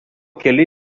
keli